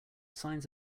signs